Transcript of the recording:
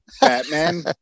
Batman